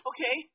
Okay